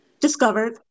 discovered